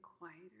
Quieter